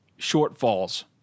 shortfalls